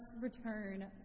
return